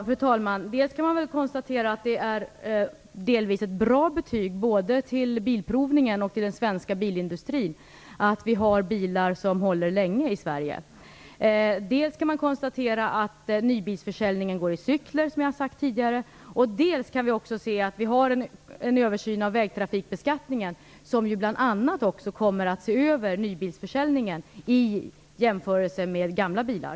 Fru talman! Man kan konstatera att det är ett bra betyg på både bilprovningen och den svenska bilindustrin att vi har bilar som håller länge i Sverige. Man kan också konstatera att nybilsförsäljningen går i cykler, som jag har sagt tidigare. Dessutom görs en översyn av vägtrafikbeskattningen där man bl.a. kommer att se över nybilsförsäljningen i jämförelse med gamla bilar.